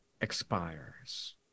expires